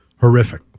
horrific